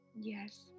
yes